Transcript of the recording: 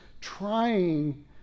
trying